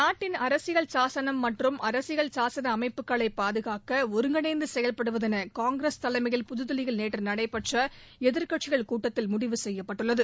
நாட்டின் அரசியல் சாசனம் மற்றும் அரசியல் சாசன அமைப்புகளை பாதுகாக்க ஒருங்கிணைந்து செயல்படுவதென காங்கிரஸ் தலைமையில் புதுதில்லியில் நேற்று நடைபெற்ற எதிர்க்கட்சிகள் கூட்டத்தில் முடிவு செய்யப்பட்டுள்ளது